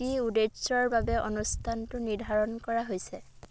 কি উদ্দেশ্যৰ বাবে অনুষ্ঠানটো নিৰ্ধাৰণ কৰা হৈছে